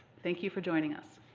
thank you for joining us.